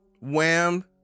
wham